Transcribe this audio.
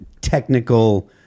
technical